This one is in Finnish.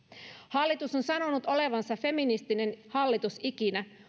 hallitus on sanonut olevansa feministisin hallitus ikinä